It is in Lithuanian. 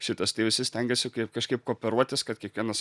šitas tai visi stengiasi kai kažkaip kooperuotis kad kiekvienas